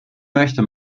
möchte